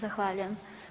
Zahvaljujem.